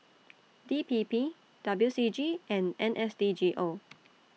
D P P W C G and N S D G O